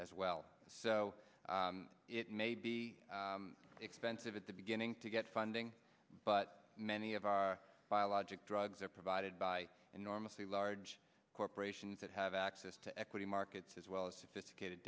as well so it may be expensive at the beginning to get funding but many of our biologic drugs are provided by enormously large corporations that have access to equity markets as well as sophisticated